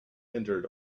entered